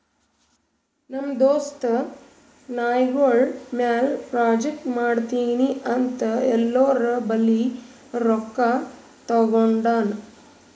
ನಮ್ ದೋಸ್ತ ನಾಯ್ಗೊಳ್ ಮ್ಯಾಲ ಪ್ರಾಜೆಕ್ಟ್ ಮಾಡ್ತೀನಿ ಅಂತ್ ಎಲ್ಲೋರ್ ಬಲ್ಲಿ ರೊಕ್ಕಾ ತಗೊಂಡಾನ್